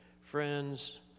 friends